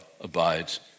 abides